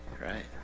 Right